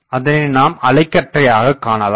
அதனை நாம் அலைக்கற்றையாகக் காணலாம்